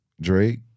Drake